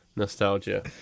nostalgia